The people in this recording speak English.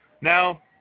Now